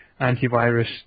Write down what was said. antivirus